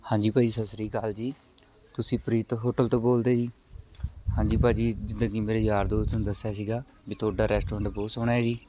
ਹਾਂਜੀ ਭਾਅ ਜੀ ਸਤਿ ਸ਼੍ਰੀ ਅਕਾਲ ਜੀ ਤੁਸੀਂ ਪ੍ਰੀਤ ਹੋਟਲ ਤੋਂ ਬੋਲਦੇ ਜੀ ਹਾਂਜੀ ਭਾਅ ਜੀ ਜਿੱਦਾਂ ਕਿ ਮੇਰੇ ਯਾਰ ਦੋਸਤ ਨੇ ਦੱਸਿਆ ਸੀਗਾ ਵੀ ਤੁਹਾਡਾ ਰੈਸਟੋਰੈਂਟ ਬਹੁਤ ਸੋਹਣਾ ਹੈ ਜੀ